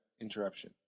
interruption